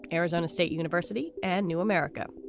arizona state university and new america.